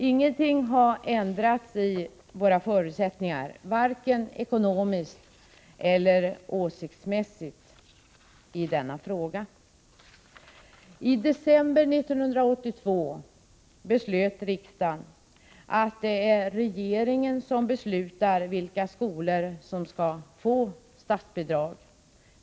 Ingenting har ändrats i våra förutsättningar, varken ekonomiskt eller åsiktsmässigt i denna fråga. I december 1982 beslöt riksdagen att det är regeringen som beslutar vilka skolor som skall få statsbidrag.